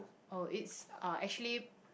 oh it's uh actually